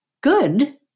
good